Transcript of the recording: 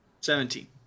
Seventeen